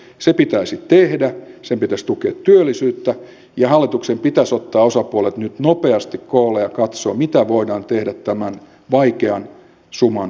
se pitäisi tehdä sen pitäisi tukea työllisyyttä ja hallituksen pitäisi ottaa osapuolet nyt nopeasti koolle ja katsoa mitä voidaan tehdä tämän vaikean suman purkamiseksi